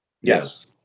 Yes